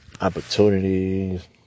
Opportunities